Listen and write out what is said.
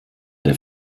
der